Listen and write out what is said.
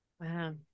Wow